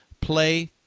play